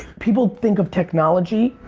people think of technology,